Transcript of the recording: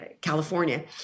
California